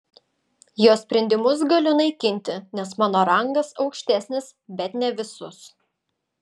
jo sprendimus galiu naikinti nes mano rangas aukštesnis bet ne visus